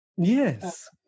Yes